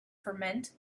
ferment